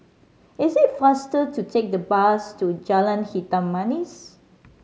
is it faster to take the bus to Jalan Hitam Manis